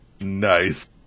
Nice